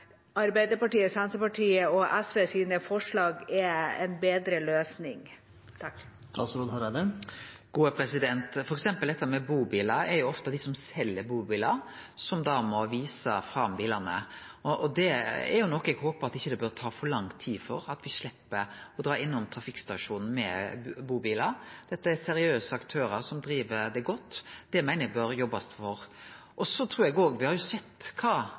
Senterpartiet og SV en bedre løsning? For eksempel dette med bubilar: Det er ofte dei som sel bubilar, som må vise fram bilane, og eg håper at det ikkje tar for lang tid før me slepp å dra innom trafikkstasjonen med bubilar. Dette er seriøse aktørar som driv godt. Det meiner eg det bør jobbast for. Me har sett kva slags digital revolusjon me har